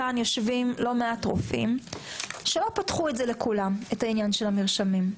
כאן יושבים מעט רופאים שלא פתחו את זה לכולם את העניין של המרשמים.